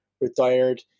retired